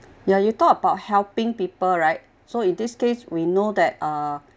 ya you talk about helping people right so in this case we know that uh